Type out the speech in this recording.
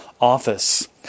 office